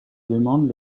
demandent